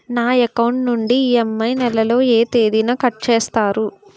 నా అకౌంట్ నుండి ఇ.ఎం.ఐ నెల లో ఏ తేదీన కట్ చేస్తారు?